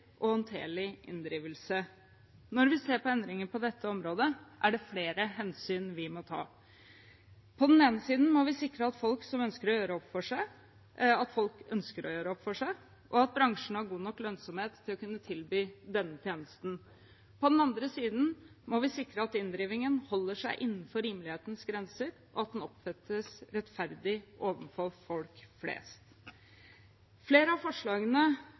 og håndterlig inndrivelse. Når vi ser på endringer på dette området, er det flere hensyn vi må ta. På den ene siden må vi sikre at folk ønsker å gjøre opp for seg, og at bransjen har god nok lønnsomhet til å kunne tilby denne tjenesten. På den andre siden må vi sikre at inndrivingen holder seg innenfor rimelighetens grenser, og at den oppfattes rettferdig for folk flest. Flere av forslagene